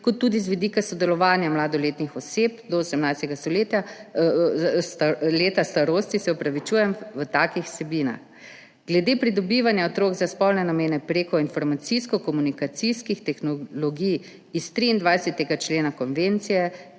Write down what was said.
kot tudi z vidika sodelovanja mladoletnih oseb do 18. leta starosti v takih vsebinah. Glede pridobivanja otrok za spolne namene prek informacijsko-komunikacijskih tehnologij iz 23. člena konvencije